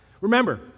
remember